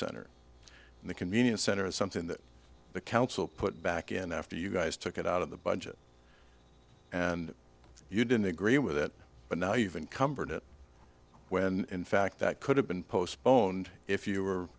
center and the convenience center is something that the council put back in after you guys took it out of the budget and you didn't agree with it but now you've uncovered it when in fact that could have been postponed if you were